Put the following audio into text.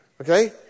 okay